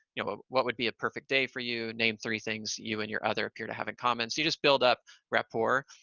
you know, what would be a perfect day for you? name three things you and your other appear to have in common. so you just build up rapport.